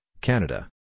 Canada